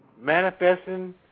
manifesting